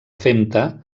femta